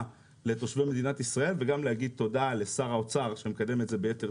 לתושבי מדינת ישראל וגם להגיד תודה לשר האוצר שמקדם את זה ביתר